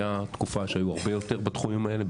היה תקופה שהיו הרבה יותר בתחומים האלה,